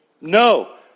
No